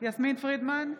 יסמין פרידמן,